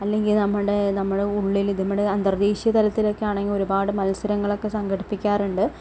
അല്ലെങ്കിൽ നമ്മളുടെ നമ്മളെ ഉള്ളിലത് നമ്മളുടെ അന്തർദേശീയ തലത്തിലൊക്കെയാണെങ്കിൽ ഒരുപാട് മത്സരങ്ങളൊക്കെ സംഘടിപ്പിക്കാറുണ്ട്